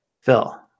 Phil